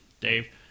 Dave